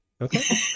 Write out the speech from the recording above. Okay